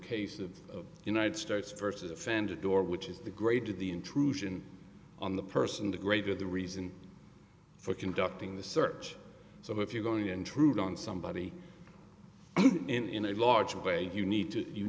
of united states versus offender door which is the greater the intrusion on the person the greater the reason for conducting the search so if you're going to intrude on somebody in a large way you need to you